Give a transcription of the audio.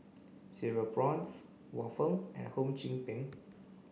cereal prawns waffle and Hum Chim Peng